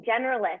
generalist